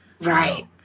Right